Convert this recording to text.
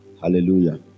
Hallelujah